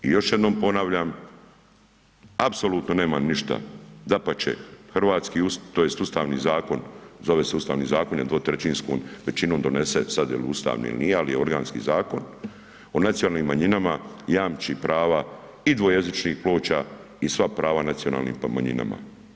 I još jednom ponavljam, apsolutno nemam ništa, dapače, hrvatski, tj. ustavni zakon, zove se ustavni zakon jer je dvotrećinskom većinom donesen, sad, je li ustavni ili nije, ali je organski zakon o nacionalnim manjinama jamči prava i dvojezičnih ploča i sva prava nacionalnih manjina.